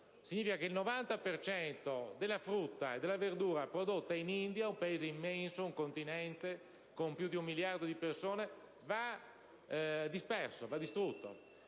significa che il 90 per cento della frutta e della verdura prodotte in India, che è un Paese immenso, quasi un continente, con più di un miliardo di persone, va disperso, distrutto.